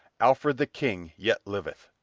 alfred the king yet liveth!